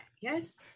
Yes